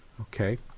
Okay